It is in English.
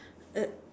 uh